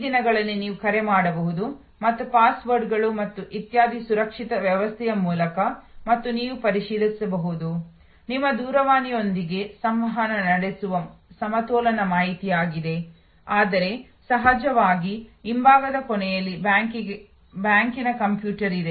ಈ ದಿನಗಳಲ್ಲಿ ನೀವು ಕರೆ ಮಾಡಬಹುದು ಮತ್ತು ಪಾಸ್ವರ್ಡ್ಗಳು ಮತ್ತು ಇತ್ಯಾದಿಗಳ ಸುರಕ್ಷಿತ ವ್ಯವಸ್ಥೆಯ ಮೂಲಕ ಮತ್ತು ನೀವು ಪ್ರವೇಶಿಸಬಹುದು ನಿಮ್ಮ ದೂರವಾಣಿಯೊಂದಿಗೆ ಸಂವಹನ ನಡೆಸುವ ಸಮತೋಲನ ಮಾಹಿತಿಯಾಗಿದೆ ಆದರೆ ಸಹಜವಾಗಿ ಹಿಂಭಾಗದ ಕೊನೆಯಲ್ಲಿ ಬ್ಯಾಂಕಿನ ಕಂಪ್ಯೂಟರ್ ಇದೆ